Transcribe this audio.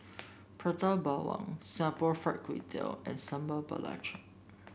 Prata Bawang Singapore Fried Kway Tiao and Sambal Belacan